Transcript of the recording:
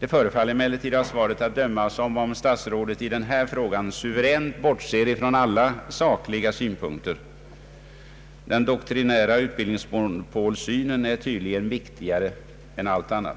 Det förefaller emellertid av interpellationssvaret att döma som om stats rådet i denna fråga suveränt bortser från alla sakliga synpunkter. Den doktrinära — utbildningsmonopolsynen är tydligen viktigare än allt annat.